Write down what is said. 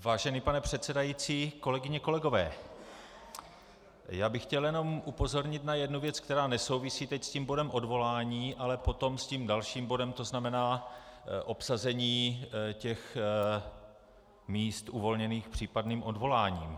Vážený pane předsedající, kolegyně, kolegové, já bych chtěl jenom upozornit na jednu věc, která nesouvisí teď s tím bodem odvolání, ale potom s tím dalším bodem, tzn. obsazení míst uvolněných případným odvoláním.